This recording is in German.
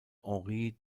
henri